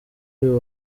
uyu